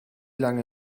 lange